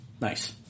Nice